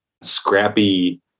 scrappy